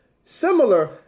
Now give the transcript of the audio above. similar